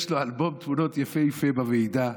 יש לו אלבום תמונות יפהפה בוועידה,